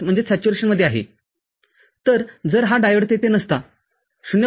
तर जर हा डायोड तेथे नसता ०